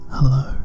Hello